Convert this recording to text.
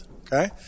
Okay